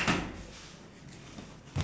okay likewise